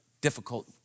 difficult